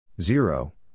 Zero